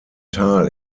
tal